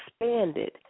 expanded